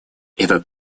этот